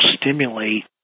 stimulate